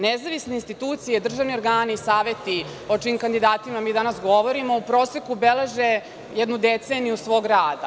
Nezavisne institucije, državni organi, saveti, o čijim kandidatima mi danas govorimo u proseku beleže jednu deceniju svog rada.